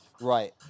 Right